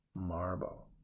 marble